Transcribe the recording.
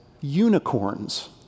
unicorns